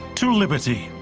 to liberty.